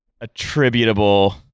attributable